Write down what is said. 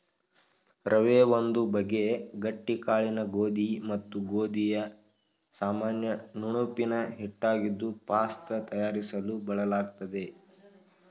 ರವೆ ಒಂದು ಬಗೆ ಗಟ್ಟಿ ಕಾಳಿನ ಗೋಧಿ ಮತ್ತು ಗೋಧಿಯ ಸಾಮಾನ್ಯ ನುಣುಪಿನ ಹಿಟ್ಟಾಗಿದ್ದು ಪಾಸ್ತ ತಯಾರಿಸಲು ಬಳಲಾಗ್ತದೆ